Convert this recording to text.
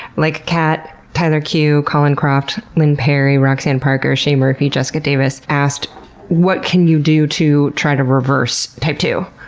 like kat, tyler q, colin croft, lynn perry, roxanne parker, shea murphy, and jessica davis asked what can you do to try to reverse type two?